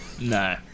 No